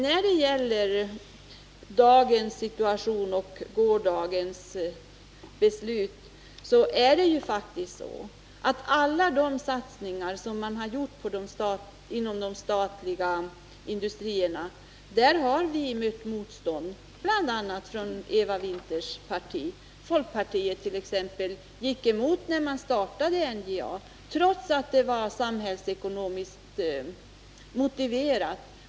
När det gäller dagens situation och gårdagens beslut är det faktiskt så, att i alla de satsningar som har gjorts inom de statliga industrierna har vi mött motstånd, bl.a. från Eva Winthers parti. När man startade NJA t.ex. gick folkpartiet emot det förslaget, trots att det var samhällsekonomiskt motiverat.